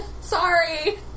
Sorry